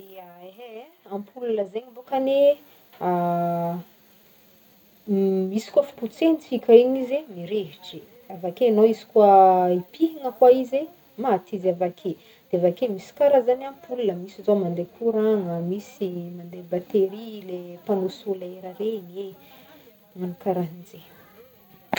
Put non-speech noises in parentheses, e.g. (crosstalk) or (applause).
Ya ehe e, ampola zegny bôkany (hesitation) misy koa fipotsehantsika igny izy mirehitry, avake anao izy koa hipihigna koa izy, maty izy avake, de avake misy karazany ampola, misy izao mandeha koragna, misy mandeha batterie, ley panneau solaire regny e, magnano karahanjey.